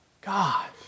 God